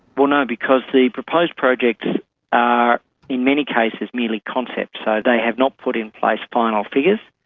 well, no, because the proposed projects are in many cases merely concepts. so they have not put in place final figures,